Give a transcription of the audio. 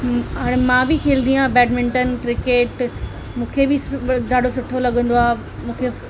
हाणे मां बि खेॾंदी आहियां बैडमिंटन क्रिकेट मूंखे बि ॾाढो सुठो लॻंदो आहे मूंखे